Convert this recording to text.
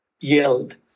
yelled